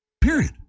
period